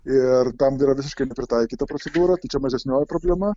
ir tam yra visiškai nepritaikyta procedūra tai čia mažesnioji problema